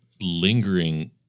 lingering